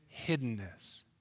hiddenness